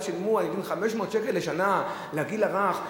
אז שילמו על הילדים 500 שקל לשנה, לגיל הרך.